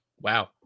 Wow